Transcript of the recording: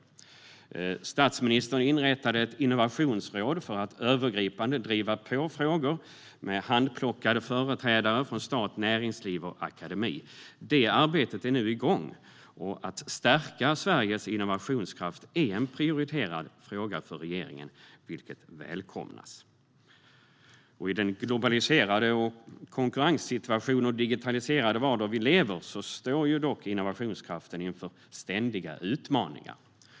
Statsministern inrättade ett innovationsråd med handplockade företrädare från stat, näringsliv och akademi för att övergripande driva på frågor. Det arbetet är nu igång. Att stärka Sveriges innovationskraft är en prioriterad fråga för regeringen, vilket välkomnas. I den globaliserade konkurrenssituation och digitaliserade vardag vi lever i står dock innovationskraften inför ständiga utmaningar.